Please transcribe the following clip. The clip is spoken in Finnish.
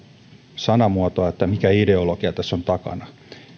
sanamuotoa että mikä ideologia tässä on takana